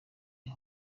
ihe